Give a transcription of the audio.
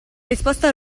risposta